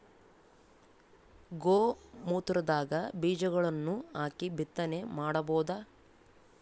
ಗೋ ಮೂತ್ರದಾಗ ಬೀಜಗಳನ್ನು ಹಾಕಿ ಬಿತ್ತನೆ ಮಾಡಬೋದ?